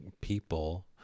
people